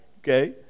Okay